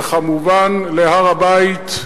וכמובן להר-הבית,